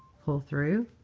pull through,